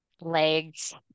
legs